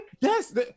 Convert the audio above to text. Yes